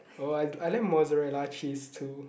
oh I I like mozzarella cheese too